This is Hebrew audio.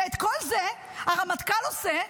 ואת כל זה הרמטכ"ל עושה,